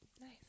nice